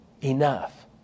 enough